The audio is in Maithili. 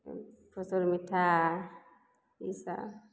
खुसुर मिठाइ ईसब